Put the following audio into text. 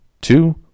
two